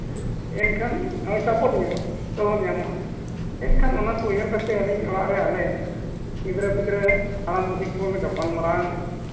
ᱮᱱᱠᱷᱟᱱ ᱦᱳᱭ ᱥᱟᱯᱳᱨᱴ ᱧᱚᱜᱚᱜᱼᱟ ᱞᱚᱜᱚᱱ ᱧᱟᱢᱚᱜᱼᱟ ᱮᱱᱠᱷᱟᱱ ᱚᱱᱟ ᱠᱚ ᱩᱭᱦᱟᱹᱨ ᱠᱟᱛᱮᱫ ᱟᱹᱞᱤᱧ ᱚᱲᱟᱜ ᱨᱮ ᱟᱞᱮ ᱜᱤᱫᱽᱨᱟᱹᱼᱯᱤᱫᱽᱨᱟᱹ ᱦᱟᱲᱟᱢᱼᱵᱩᱲᱦᱤ ᱠᱚᱦᱚᱞᱮ ᱜᱟᱯᱟᱞ ᱢᱟᱨᱟᱣᱮᱱᱟ